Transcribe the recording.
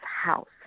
house